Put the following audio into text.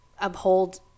uphold